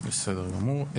בסדר גמור.